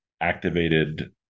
activated